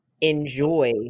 enjoy